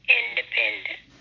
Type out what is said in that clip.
independent